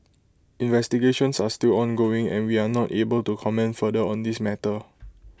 investigations are still ongoing and we are not able to comment further on this matter